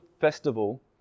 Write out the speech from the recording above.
festival